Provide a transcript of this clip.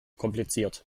kompliziert